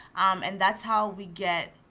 and that's how we get